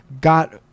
got